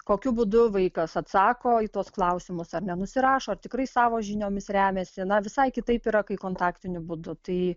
kokiu būdu vaikas atsako į tuos klausimus ar nenusirašo ar tikrai savo žiniomis remiasi na visai kitaip yra kai kontaktiniu būdu tai